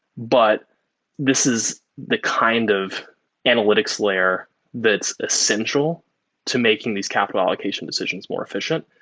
but this is the kind of analytics layer that's essential to making these capital allocation decisions more efficient.